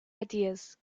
ideas